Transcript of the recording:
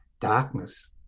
darkness